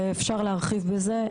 אפשר להרחיב בזה,